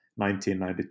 1992